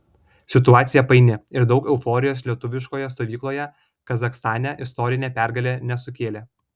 situacija paini ir daug euforijos lietuviškoje stovykloje kazachstane istorinė pergalė nesukėlė